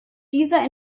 dieser